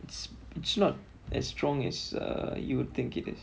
it's it's not as strong as uh you would think it is